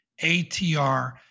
ATR